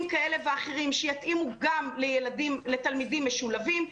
כאלה ואחרים שיתאימו גם לתלמידים משולבים.